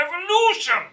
Revolution